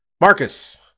Marcus